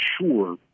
sure